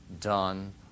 done